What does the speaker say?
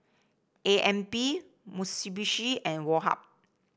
A M B Mitsubishi and Woh Hup